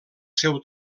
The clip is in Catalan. seu